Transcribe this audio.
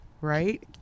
Right